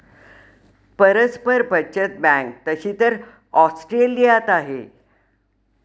परस्पर बचत बँक तशी तर ऑस्ट्रेलियात आहे